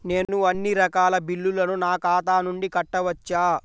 నేను అన్నీ రకాల బిల్లులను నా ఖాతా నుండి కట్టవచ్చా?